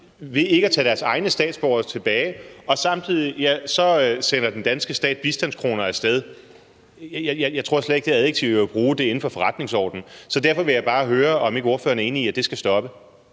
ved ikke at tage deres egne statsborgere tilbage, og samtidig, ja, så sender den danske stat bistandskroner af sted. Jeg tror slet ikke, det adjektiv, jeg vil bruge, er inden for forretningsordenen. Så derfor vil jeg bare høre, om ikke ordføreren er enig i, at det skal stoppe.